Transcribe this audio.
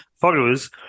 followers